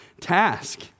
task